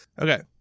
Okay